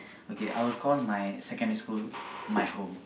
okay I'll call my secondary school my home